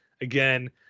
again